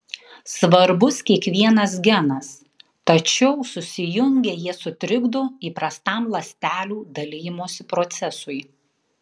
svarbus kiekvienas genas tačiau susijungę jie sutrikdo įprastam ląstelių dalijimosi procesui